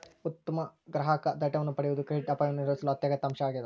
ಉತ್ತಮ ಗ್ರಾಹಕ ಡೇಟಾವನ್ನು ಪಡೆಯುವುದು ಕ್ರೆಡಿಟ್ ಅಪಾಯವನ್ನು ನಿರ್ವಹಿಸಲು ಅತ್ಯಗತ್ಯ ಅಂಶವಾಗ್ಯದ